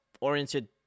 oriented